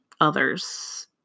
others